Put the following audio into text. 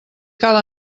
cal